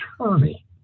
attorney